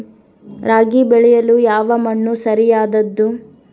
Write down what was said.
ರಾಗಿ ಬೆಳೆಯಲು ಯಾವ ಮಣ್ಣು ಸರಿಯಾದದ್ದು?